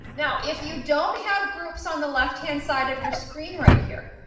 now if you don't have groups on the left hand side of your screen right here,